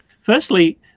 Firstly